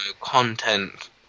content